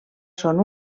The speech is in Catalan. són